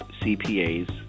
CPAs